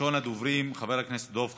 ראשון הדוברים, חבר הכנסת דב חנין,